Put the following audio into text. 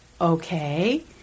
okay